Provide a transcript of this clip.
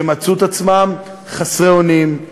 שמצאו את עצמם חסרי אונים,